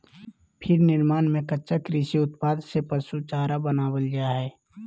feed निर्माण में कच्चा कृषि उत्पाद से पशु चारा बनावल जा हइ